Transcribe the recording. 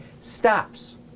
stops